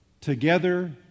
together